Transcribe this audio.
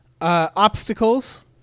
obstacles